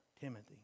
Timothy